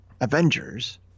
Avengers